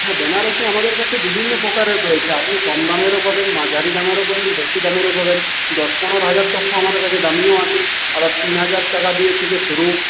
হ্যাঁ বেনারসি আমাদের কাছে বিভিন্ন প্রকারের রয়েছে আপনি কম দামেরও পাবেন মাঝারি দামেরও পাবেন বেশী দামেরও পাবেন দশ পনেরো হাজার তকও আমাদের কাছে দামিও আছে আবার তিন হাজার টাকা দিয়ে থেকে শুরু